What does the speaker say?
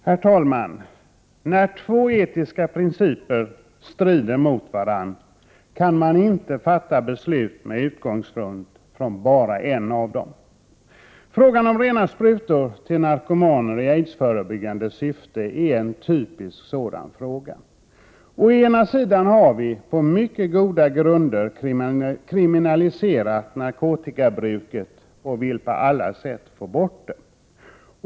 Herr talman! När två etiska principer strider mot varandra, kan man inte fatta beslut med utgångspunkt i bara en av dem. Frågan om rena sprutor till narkomaner i aidsförebyggande syfte är en typisk sådan fråga. Å ena sidan har vi på mycket goda grunder kriminaliserat narkotikabruket och vill på alla sätt få bort det.